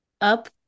up